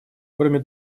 кроме